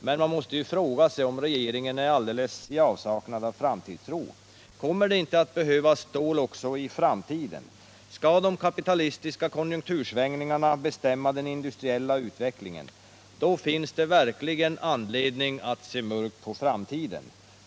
Men man måste fråga sig om regeringen är helt i avsaknad av framtidstro. Kommer det inte att behövas stål också i framtiden? Skall de kapitalistiska konjunktursvängningarna bestämma den industriella utvecklingen? Då finns det verkligen anledning att se mörkt på framtiden.